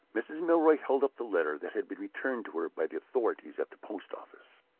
mrs. milroy held up the letter that had been returned to her by the authorities at the post-office.